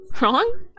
Wrong